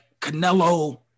Canelo